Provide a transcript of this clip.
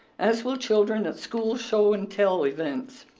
as will children at school show and tell events.